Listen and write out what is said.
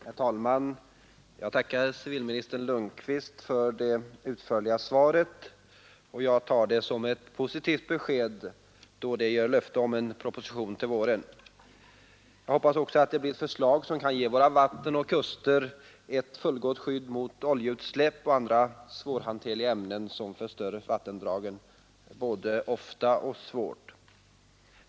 Herr talman! Jag tackar civilminister Lundkvist för det utförliga svaret. Jag tar det som ett positivt besked, då det ger löfte om en proposition till våren. Jag hoppas också att det blir förslag som kan ge våra vatten och kuster ett fullgott skydd mot oljeutsläpp och andra svårhanterliga ämnen som förstör vattendragen både ofta och svårt.